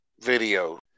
video